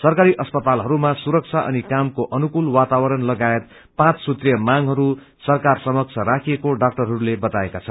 सरकारी अस्पतालहरूमा सुरक्षा अनि कामको कनुकूल वातावरण लगायत पाँच सूत्रीय मांगहरू सरकारसमक्ष राखिएको डाक्टरहरूले बताएका छन्